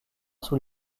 sous